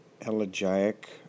elegiac